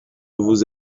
vous